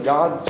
God